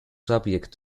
subject